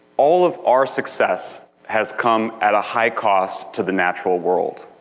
all of our success has come at a high cost to the natural world.